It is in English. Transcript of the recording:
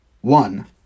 One